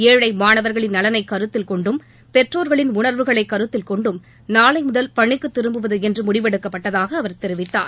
ஏழை மாணவர்களின் நலனை கருத்தில்கொண்டும் பெற்றோர்களின் உணர்வுகளை கருத்தில் கொண்டும் நாளை முதல் பணிக்கு திரும்புவது என்று முடிவெடுக்கப்பட்டதாக அவர் தெரிவித்தார்